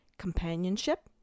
companionship